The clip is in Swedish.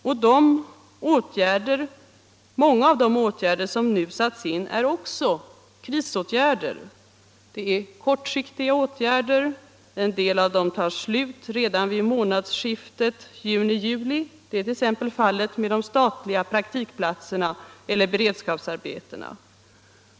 Och många av de åtgärder som nu satts in är också krisåtgärder. Det är kortsiktiga åtgärder. En del av dem tar slut redan vid månadsskiftet juni-juli. Det är t.ex. fallet med de statliga praktikplatserna eller beredskapsarbetena.